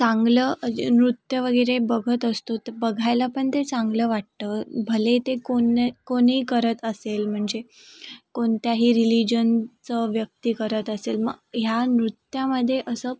चांगलं नृत्य वगैरे बघत असतो ते बघायला पण ते चांगलं वाटतं भले ते कोण कोणी करत असेल म्हणजे कोणत्याही रिलिजनचं व्यक्ती करत असेल मग ह्या नृत्यामध्ये असं